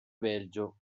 belgio